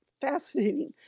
fascinating